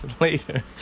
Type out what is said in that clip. later